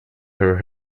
her